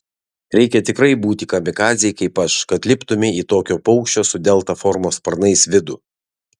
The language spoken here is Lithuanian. reikia tikrai būti kamikadzei kaip aš kad liptumei į tokio paukščio su delta formos sparnais vidų